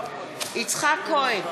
יצחק כהן,